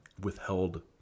withheld